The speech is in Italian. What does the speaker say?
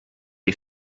dei